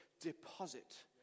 deposit